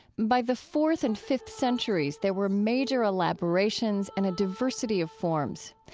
by the fourth and fifth centuries there were major elaborations and a diversity of forms.